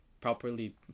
properly